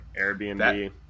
airbnb